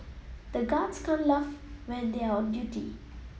the guards can't laugh when they are on duty